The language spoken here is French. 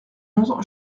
onze